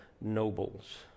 nobles